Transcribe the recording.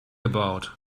about